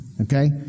Okay